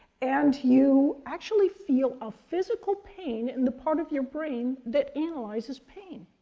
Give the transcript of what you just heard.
and you actually feel a physical pain in the part of your brain that analyzes pain.